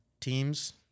teams –